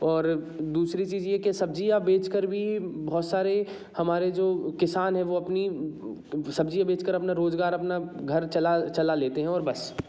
और दूसरी चीज ये के सब्जियाँ बेचकर भी बहुत सारे हमारे जो किसान है वो अपनी सब्जियाँ बेचकर अपना रोजगार अपना घर चला चला लेते हैं और बस